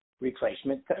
replacement